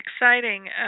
exciting